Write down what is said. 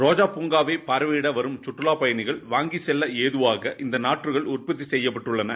ரோஜா பூங்காவை பார்வையிட வரும் கற்றவா பயணிகள் வாங்கிச் செல்ல எதவாக இந்த நாற்றுகள் உர்பத்தி செய்யப்பட்டுள்ளன